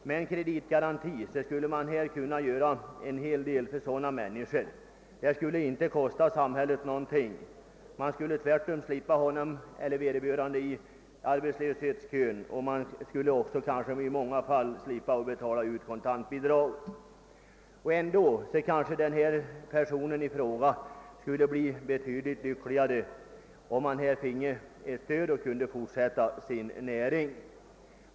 Med kreditgaranti skulle en hel del kunna göras för sådana människor utan att det skulle kosta samhället någonting; vederbörande skulle tvärtom slippa stå i arbetslöshetskön, man skulle i många fall också slippa betala ut kontanibidrag till honom. Dessutom skulle kanske personen i fråga bli betydligt lyckligare, om han finge lånegaranti, så att han kunde fortsätta i sin vanliga gärning.